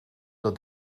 dat